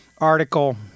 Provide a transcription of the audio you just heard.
article